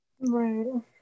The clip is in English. Right